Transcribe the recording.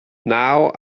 now